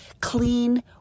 clean